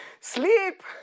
Sleep